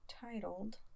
titled